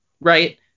Right